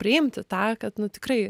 priimti tą kad nu tikrai